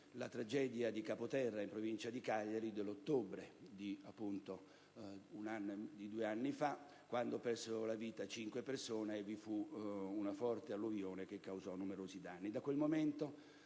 la tragedia di Capoterra in Provincia di Cagliari dell'ottobre di due anni fa, in cui persero la vita cinque persone e vi fu una forte alluvione che causò numerosi danni.